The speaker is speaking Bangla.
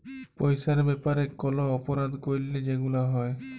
পইসার ব্যাপারে কল অপরাধ ক্যইরলে যেগুলা হ্যয়